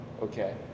Okay